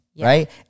right